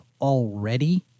already